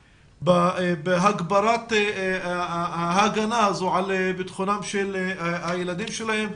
בהגברת ההגנה הזו על ביטחונם של הילדים שלהם.